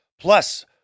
Plus